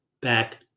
back